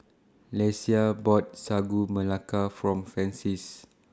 Lesia bought Sagu Melaka For Francies